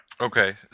Okay